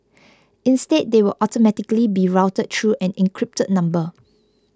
instead they will automatically be routed through an encrypted number